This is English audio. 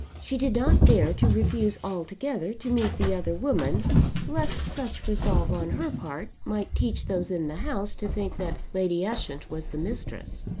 she did not dare to refuse altogether to meet the other woman lest such resolve on her part might teach those in the house to think that lady ushant was the mistress.